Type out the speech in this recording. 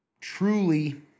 truly